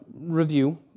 review